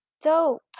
Dope